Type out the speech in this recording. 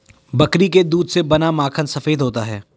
बकरी के दूध से बना माखन सफेद होता है